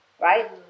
right